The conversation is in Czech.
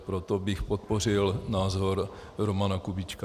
Proto bych podpořil názor Romana Kubíčka.